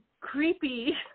creepy